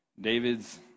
David's